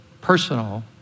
personal